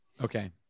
Okay